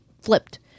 flipped